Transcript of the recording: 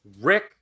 Rick